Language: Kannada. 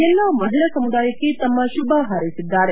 ಎಲ್ಲಾ ಮಹಿಳಾ ಸಮುದಾಯಕ್ಕೆ ತಮ್ಮ ಶುಭ ಕೋರಿದ್ದಾರೆ